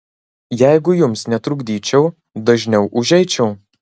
jeigu jums netrukdyčiau dažniau užeičiau